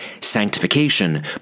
sanctification